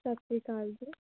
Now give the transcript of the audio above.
ਸਤਿ ਸ਼੍ਰੀ ਅਕਾਲ ਜੀ